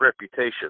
reputation